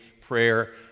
prayer